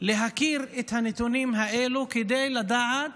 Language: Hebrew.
להכיר את הנתונים האלו, כדי לדעת